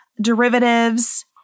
derivatives